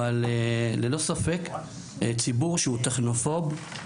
אבל ללא ספק ציבור שהוא טכנופוב,